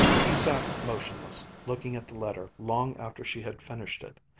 she sat motionless, looking at the letter long after she had finished it.